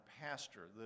pastor